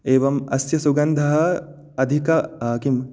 एवं अस्य सुगन्धः अधिकः किं